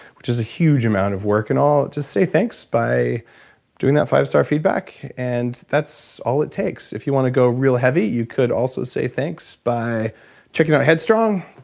which is a huge amount of work and all, just say thanks by doing that five star feedback and that's all it takes if you want to go real heavy you could also say thanks by checking out headstrong,